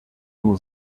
nur